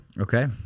Okay